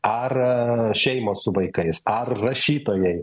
ar šeimos su vaikais ar rašytojai